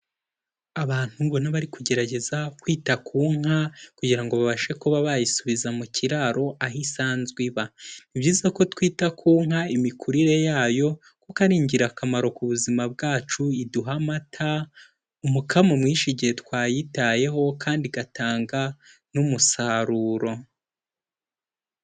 Abantu ubona bari kugerageza kwita ku nka kugira ngo babashe kuba bayisubiza mu kiraro aho isanzwe iba. Ni byiza ko twita ku nka imikurire yayo kuko ari ingirakamaro ku buzima bwacu, iduha amata, umukamo mwinshi igihe twayitayeho kandi igatanga n'umusaruro.